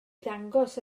ddangos